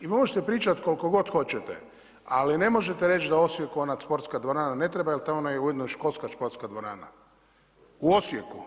I možete pričati koliko god hoćete, ali ne možete reći da u Osijeku ona sportska dvorana ne treba jer ona je ujedno i školska športska dvorana u Osijeku.